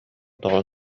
тоҕо